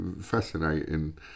fascinating